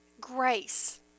grace